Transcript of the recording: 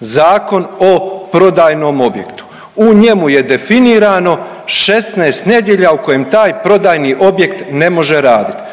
Zakon o prodajnom objektu. U njemu je definirano 16 nedjelja u kojem je definirano 16 nedjelja